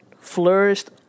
flourished